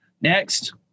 Next